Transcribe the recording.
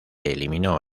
eliminó